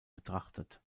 betrachtet